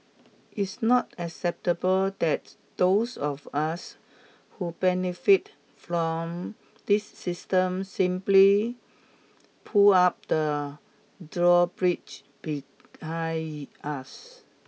it's not acceptable that those of us who benefit from this system simply pull up the drawbridge behind us